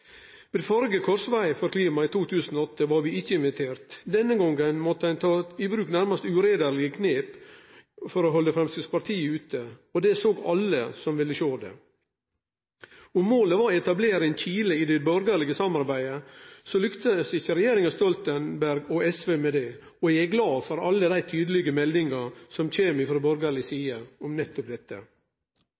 Ved førre krossveg for klimaet i 2008 blei vi ikkje inviterte. Denne gongen måtte ein ta i bruk nærmast uheiderlege knep for å halde Framstegspartiet ute. Det såg alle som ville sjå det. Om målet var å etablere ein kile i det borgarlege samarbeidet, lukkast ikkje regjeringa Stoltenberg og SV med det. Eg er glad for alle dei tydelege meldingane som kjem frå borgarleg side om nettopp dette.